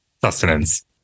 sustenance